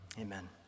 Amen